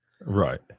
right